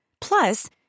Plus